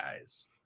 guys